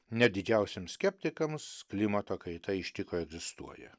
net didžiausiems skeptikams klimato kaita iš tikro egzistuoja